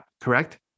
correct